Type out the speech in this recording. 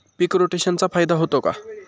पीक रोटेशनचा फायदा होतो का?